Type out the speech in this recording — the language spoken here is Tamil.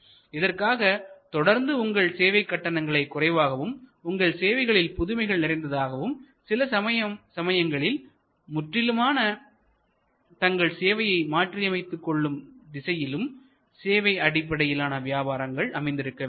இதற்காக தொடர்ந்து உங்கள் சேவை கட்டணங்களை குறைவாகவும் உங்கள் சேவைகளில் புதுமைகள் நிறைந்ததாகவும் சில சமயங்களில் முற்றிலுமான தங்கள் சேவைகளை மாற்றியமைத்துக் கொள்ளும் திசையிலும் சேவை அடிப்படையிலான வியாபாரங்கள் அமைந்திருக்க வேண்டும்